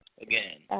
Again